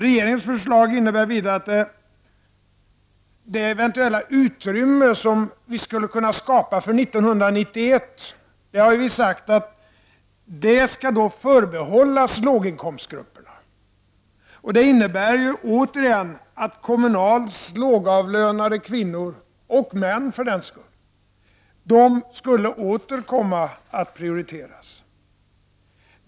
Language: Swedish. Regeringens förslag innebär vidare att det eventuella utrymme som vi skulle kunna skapa för 1991 skall förbehållas låginkomstgrupperna. Det har vi sagt. Det innebär ju återigen att Kommunals lågavlönade kvinnor, och män också för den delen, skulle komma att prioriteras.